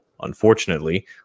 unfortunately